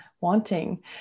wanting